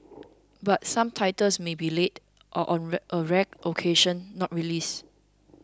but some titles may be late or on a a rare occasion not released